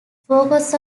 focus